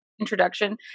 introduction